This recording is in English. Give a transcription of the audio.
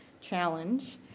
challenge